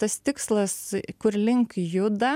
tas tikslas kur link juda